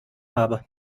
habe